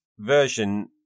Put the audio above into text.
Version